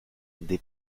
des